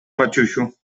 maciusiu